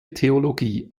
theologie